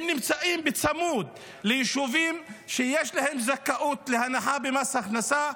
הם נמצאים בצמוד ליישובים שיש להם זכאות להנחה במס הכנסה,